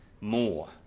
more